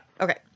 Okay